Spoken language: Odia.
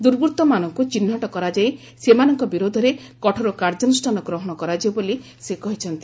ଦୁର୍ବୃତ୍ତମାନଙ୍କୁ ଚିହ୍ନଟ କରାଯାଇ ସେମାନଙ୍କ ବିରୋଧରେ କଠୋର କାର୍ଯ୍ୟାନୁଷ୍ଠାନ ଗ୍ରହଣ କରାଯିବ ବୋଲି ସେ କହିଛନ୍ତି